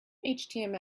html